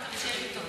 מבחינתי אתה שר,